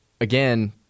Again